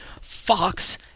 Fox